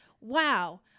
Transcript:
wow